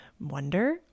wonder